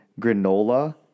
granola